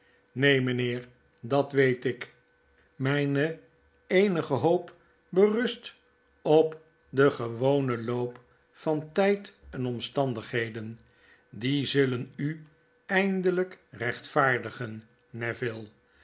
neen mynheer dat weet ik myn eenige hoop berust op den gewonen loop van tijd en bmstandigheden die zullen u eindelijk rechtvaardigen